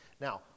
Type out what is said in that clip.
Now